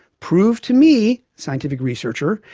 prove to me, scientific researcher,